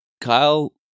Kyle